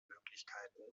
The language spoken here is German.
möglichkeiten